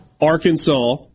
Arkansas